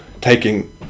taking